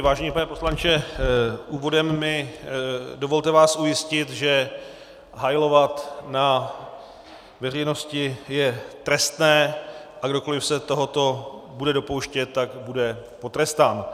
Vážený pane poslanče, úvodem mi dovolte vás ujistit, že hajlovat na veřejnosti je trestné a kdokoliv se tohoto bude dopouštět, tak bude potrestán.